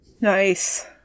Nice